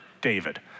David